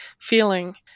feeling